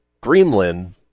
Greenland